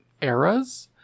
eras